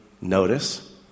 notice